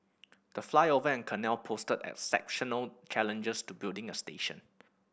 the flyover and canal posed exceptional challenges to building a station